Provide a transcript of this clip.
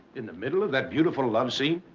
in the middle of that beautiful love scene?